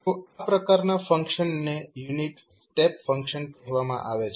તો આ પ્રકારનાં ફંક્શનને યુનિટ સ્ટેપ ફંક્શન કહેવામાં આવે છે